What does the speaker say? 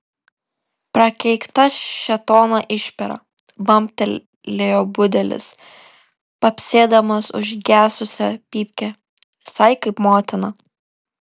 prakeikta šėtono išpera bambtelėjo budelis papsėdamas užgesusią pypkę visai kaip motina